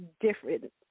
different